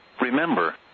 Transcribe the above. Remember